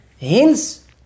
Hence